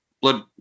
blood